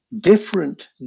different